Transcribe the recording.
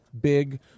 big